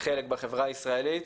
חלק בחברה הישראלית.